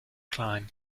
climb